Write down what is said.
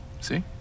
See